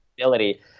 ability